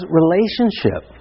relationship